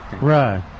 right